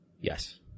Yes